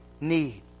need